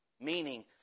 Meaning